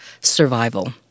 survival